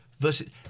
versus